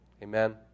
Amen